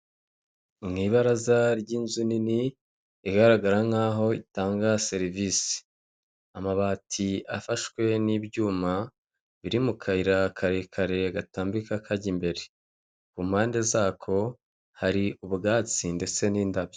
Mu ibaraza ry'inzu nini, igaragara nk'aho itanga serivisi. Amabati afashwe n'ibyuma biri mu kayira karekare gatambika kajya imbere. Ku mpande zako hari ubwatsi ndetse n'indabyo.